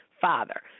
father